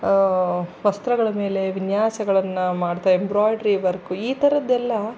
ವಸ್ತ್ರಗಳ ಮೇಲೆ ವಿನ್ಯಾಸಗಳನ್ನು ಮಾಡ್ತಾ ಎಂಬ್ರಾಯ್ಡ್ರಿ ವರ್ಕು ಈ ಥರದ್ದೆಲ್ಲ